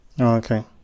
Okay